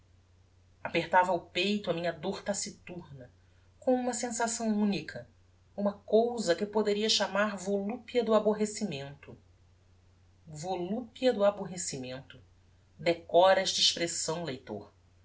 apertava ao peito a minha dor taciturna com uma sensação unica uma cousa a que poderia chamar volupia do aborrecimento volupia do aborrecimento decora esta expressão leitor